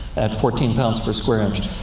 at fourteen pounds per square inch.